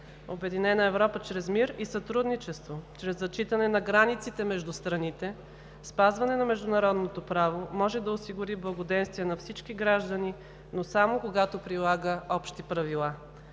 Обединена Европа чрез мир и сътрудничество, чрез зачитане на границите между страните, спазване на международното право може да осигури благоденствие на всички граждани, но само когато прилага общи правила.